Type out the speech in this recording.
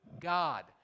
God